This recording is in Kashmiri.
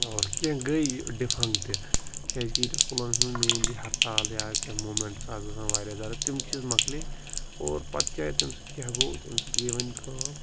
اور کیٚنٛہہ گٔے ڈِفنٛگ تہِ کیٛازِکہِ ییٚتہِ اوس پُلوامِس منٛز مینلی ہَرتال یا کیٚنٛہہ موٗمٮ۪نٛٹٕس آسہٕ گژھان واریاہ زیادٕ تِم چیٖز مَکلے اور پَتہٕ کیٛاہ تمۍ سۭتۍ کیٛاہ گوٚو تمۍ سۭتۍ گٔے وَنۍ کٲم